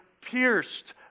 pierced